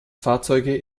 fahrzeuge